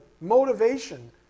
motivation